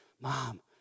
Mom